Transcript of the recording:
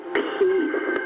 peace